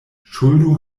ŝuldo